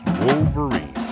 Wolverine